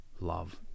love